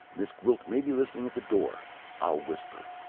miss gwilt may be listening at the door i'll whisper.